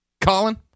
Colin